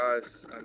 guys